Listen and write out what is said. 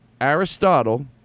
Aristotle